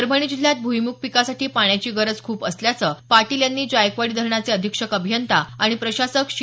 परभणी जिल्ह्यात भूईमुग पिकासाठी पाण्याची गरज खूप असल्याचं पाटील यांनी जायकवाडी धरणाचे अधिक्षक अभियंता आणि प्रशासक शि